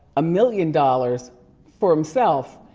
a million dollars for himself.